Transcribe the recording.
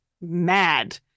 mad